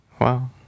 Wow